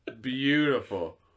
Beautiful